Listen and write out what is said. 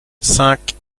cinq